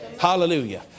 Hallelujah